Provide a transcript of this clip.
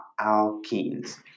alkenes